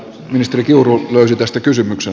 ministeri kiuru löysi tästä kysymyksen